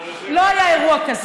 לא היה אירוע כזה.